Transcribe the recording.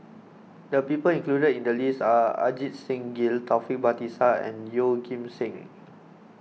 the people included in the list are Ajit Singh Gill Taufik Batisah and Yeoh Ghim Seng